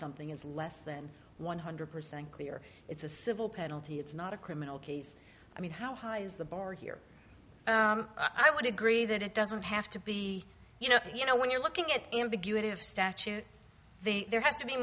something is less than one hundred percent clear it's a civil penalty it's not a criminal case i mean how high is the bar here i would agree that it doesn't have to be you know you know when you're looking at ambiguity of statute the there has to be